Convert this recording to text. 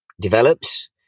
develops